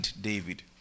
David